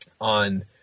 on